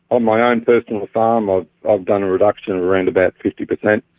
on my own personal farm ah i've done a reduction of around about fifty percent.